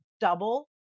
double